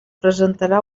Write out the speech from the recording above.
presentarà